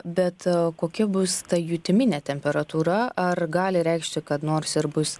bet o kokia bus ta jutiminė temperatūra ar gali reikšti kad nors ir bus